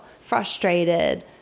frustrated